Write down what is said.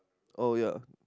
oh ya